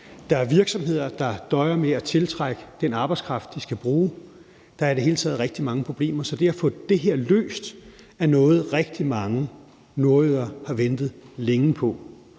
der er virksomheder, der døjer med at tiltrække den arbejdskraft, de skal bruge. Der er i det hele taget rigtig mange problemer. Så det at få det her løst er noget, rigtig mange nordjyder har ventet længe på.